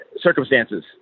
circumstances